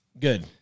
Good